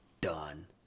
done